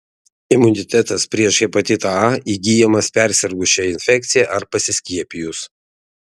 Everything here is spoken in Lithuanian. imunitetas prieš hepatitą a įgyjamas persirgus šia infekcija ar pasiskiepijus